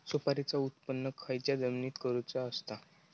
सुपारीचा उत्त्पन खयच्या जमिनीत करूचा असता?